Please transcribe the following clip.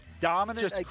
dominant